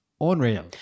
unreal